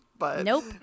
Nope